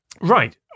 Right